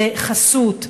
לחסות.